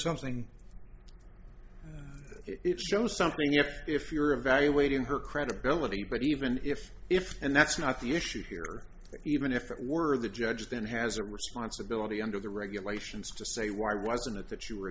something it shows something if you're evaluating her credibility but even if if and that's not the issue here even if it were the judge then has a responsibility under the regulations to say why wasn't it that you were